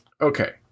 okay